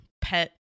pet